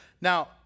now